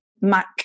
Mac